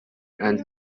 and